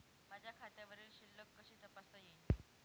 माझ्या खात्यावरील शिल्लक कशी तपासता येईल?